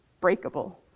breakable